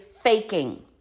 faking